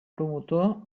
promotor